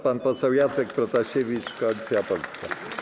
Pan poseł Jacek Protasiewicz, Koalicja Polska.